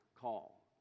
call